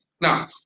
Now